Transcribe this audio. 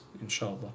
Inshallah